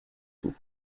tour